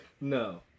No